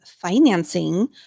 financing